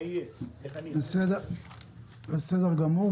בסדר גמור.